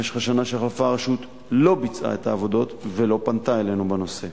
במשך השנה שחלפה הרשות לא ביצעה את העבודות ולא פנתה אלינו בנושא.